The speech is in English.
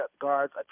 guards